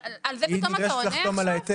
אבל על זה פתאום אתה עונה עכשיו?